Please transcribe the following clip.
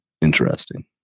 Interesting